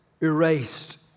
erased